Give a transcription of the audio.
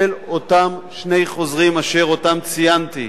של אותם שני חוזרים אשר אותם ציינתי.